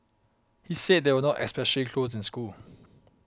he said they were not especially close in school